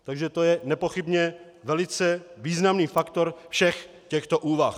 Takže to je nepochybně velice významný faktor všech těchto úvah.